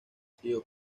siguió